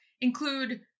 include